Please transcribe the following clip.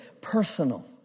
personal